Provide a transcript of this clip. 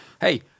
hey